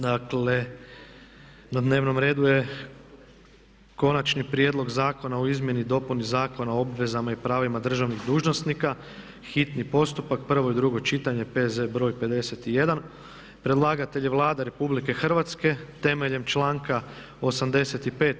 Dakle na dnevnom redu je: - Konačni prijedlog Zakona o izmjeni i dopuni Zakona o obvezama i pravima državnih dužnosnika, hitni postupak, prvo i drugo čitanje, P.Z. br. 51; Predlagatelj je Vlada Republike Hrvatske temeljem članka 85.